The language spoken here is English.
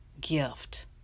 gift